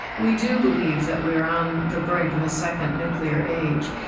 we do believe that we're on the brink of a second nuclear age,